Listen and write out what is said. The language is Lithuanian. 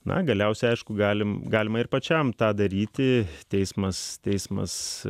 na galiausiai aišku galime galima ir pačiam tą daryti teismas teismas